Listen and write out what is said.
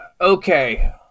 Okay